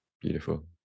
Beautiful